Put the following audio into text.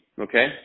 okay